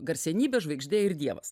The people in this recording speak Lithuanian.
garsenybė žvaigždė ir dievas